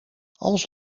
als